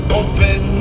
open